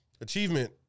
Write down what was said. achievement